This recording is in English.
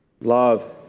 Love